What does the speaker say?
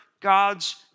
God's